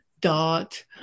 dot